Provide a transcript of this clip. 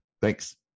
thanks